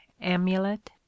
Amulet